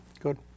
Good